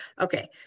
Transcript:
Okay